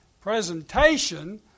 presentation